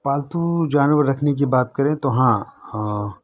پالتو جانور رکھنے کی بات کریں تو ہاں